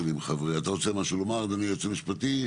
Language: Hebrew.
אתה רוצה משהו לומר, אדוני היועץ המשפטי?